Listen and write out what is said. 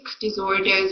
disorders